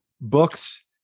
books